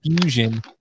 Fusion